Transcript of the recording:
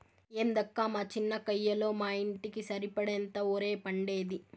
ఏందక్కా మా చిన్న కయ్యలో మా ఇంటికి సరిపడేంత ఒరే పండేది